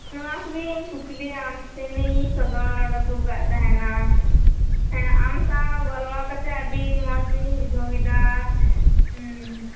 ᱱᱚᱣᱟ ᱠᱚᱜᱤᱧ ᱠᱩᱠᱞᱤ ᱟᱢ ᱴᱷᱮᱱᱤᱧ ᱥᱚᱫᱚᱨ ᱟ ᱜᱩᱣᱟᱠᱟᱫ ᱛᱟᱦᱮᱱᱟ ᱦᱮᱸ ᱟᱢ ᱥᱟᱶ ᱜᱟᱞᱢᱟᱨᱟᱣ ᱠᱟᱛᱮ ᱟ ᱰᱤ ᱢᱚᱡᱽ ᱜᱮᱧ ᱵᱩᱡᱷᱟ ᱣ ᱠᱮᱫᱟ